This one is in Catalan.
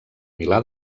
milà